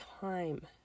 time